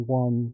one